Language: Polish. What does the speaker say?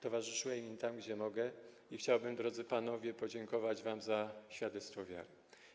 Towarzyszyłem im tam, gdzie mogłem, i chciałbym, drodzy panowie, podziękować wam za świadectwo wiary.